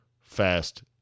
fast